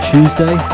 Tuesday